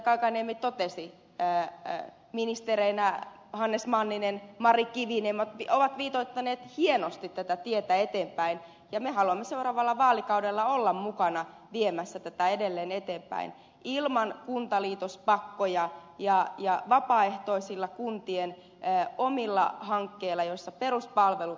kankaanniemi totesi ministereinä hannes manninen ja mari kiviniemi ovat viitoittaneet hienosti tätä tietä eteenpäin ja me haluamme seuraavalla vaalikaudella olla mukana viemässä tätä edelleen eteenpäin ilman kuntaliitospakkoja ja vapaaehtoisilla kuntien omilla hankkeilla joissa peruspalvelut ovat keskiössä